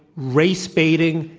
race-baiting,